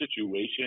situation